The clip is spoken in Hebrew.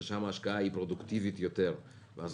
ששם ההשקעה היא פרודוקטיבית יותר ואז